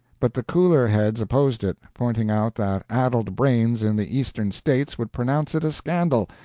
but the cooler heads opposed it, pointing out that addled brains in the eastern states would pronounce it a scandal,